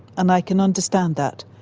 and i can understand that.